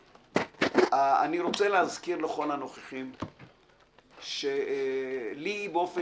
אני רוצה להזכיר לכל הנוכחים שלי באופן